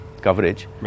coverage